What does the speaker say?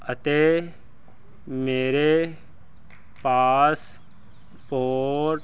ਅਤੇ ਮੇਰੇ ਪਾਸਪੋਟ